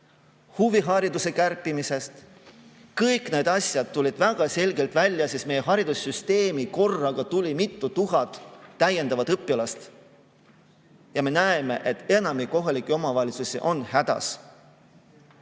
huvihariduse kärpimisest. Kõik need asjad tulid väga selgelt välja, sest meie haridussüsteemi tuli korraga mitu tuhat uut õpilast. Ja me näeme, et enamik kohalikke omavalitsusi on hädas.